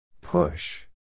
Push